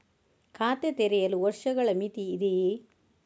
ಖಾತೆ ತೆರೆಯಲು ವರ್ಷಗಳ ಮಿತಿ ಇದೆಯೇ?